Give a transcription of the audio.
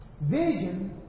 Vision